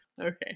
Okay